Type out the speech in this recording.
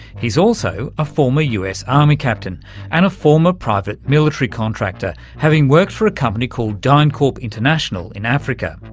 he's also a former us army captain and a former private military contractor, having worked for a company called dyncorp international in africa.